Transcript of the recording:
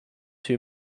too